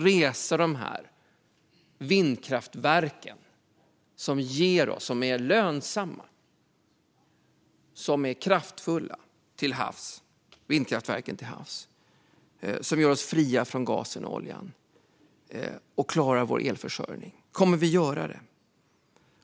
Kommer vi att resa de lönsamma och kraftfulla vindkraftverken till havs som gör oss fria från gas och olja och klarar vår elförsörjning?